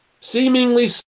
Seemingly